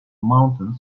mountains